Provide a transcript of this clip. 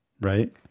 right